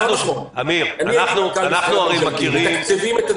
נכון, מתקצבים את הדיפולט,